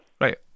Right